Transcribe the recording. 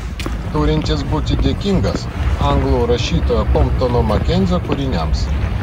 turintis būti dėkingas anglų rašytojo komptono makenzio kūriniams